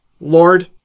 Lord